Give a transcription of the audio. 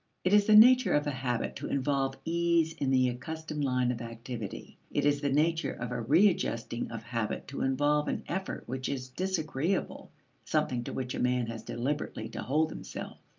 it is the nature of a habit to involve ease in the accustomed line of activity. it is the nature of a readjusting of habit to involve an effort which is disagreeable something to which a man has deliberately to hold himself.